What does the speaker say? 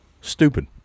Stupid